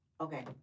Okay